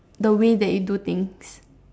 the way that you do things